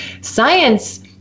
science